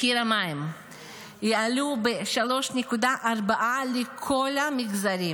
מחירי המים יעלו ב-3.4% לכל המגזרים.